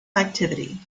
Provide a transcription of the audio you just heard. activity